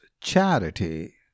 charity